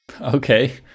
Okay